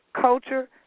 culture